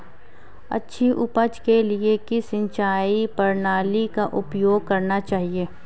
अच्छी उपज के लिए किस सिंचाई प्रणाली का उपयोग करना चाहिए?